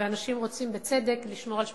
ואנשים רוצים בצדק לשמור על שמותיהם.